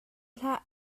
hlah